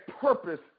purpose